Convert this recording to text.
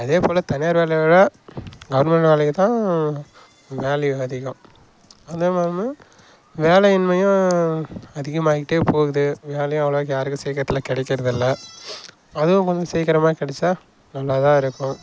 அதே போல் தனியார் வேலையை விட கவுர்மெண்ட் வேலைக்கு தான் வேல்யூ அதிகம் அந்த மாதிரி வேலையின்மையும் அதிகமாகிட்டே போகுது வேலையும் அவ்வளோவா யாருக்கும் சீக்கிரத்தில் கிடைக்கறது இல்லை அதுவும் கொஞ்சம் சீக்கிரமாக கிடச்சா நல்லதா இருக்கும்